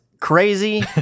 crazy